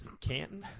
Canton